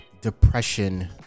depression